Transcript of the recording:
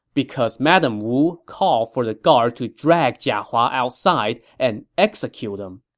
because madame wu called for the guards to drag jia hua outside and execute him.